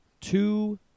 Two